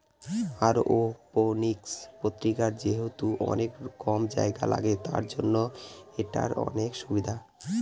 aeroponics প্রক্রিয়াতে যেহেতু অনেক কম জায়গা লাগে, তার জন্য এটার অনেক সুবিধা